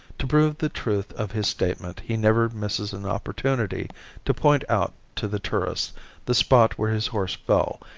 to prove the truth of his statement he never misses an opportunity to point out to the tourist the spot where his horse fell,